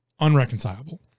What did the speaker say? unreconcilable